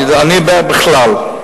אני מדבר על בכלל.